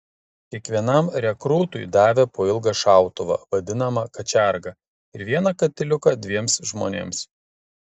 kiekvienam rekrūtui davė po ilgą šautuvą vadinamą kačergą ir vieną katiliuką dviems žmonėms